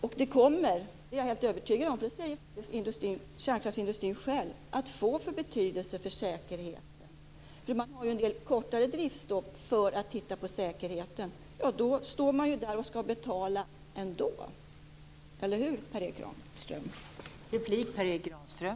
Jag är övertygad om - och det säger de själva inom kärnkraftsindustrin - att detta kommer att få betydelse för säkerheten. Man har ju en del kortare driftsstopp för att se över säkerheten, och då måste man ju betala ändå. Eller hur, Per Erik Granström?